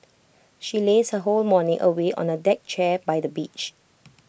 she lazed her whole morning away on A deck chair by the beach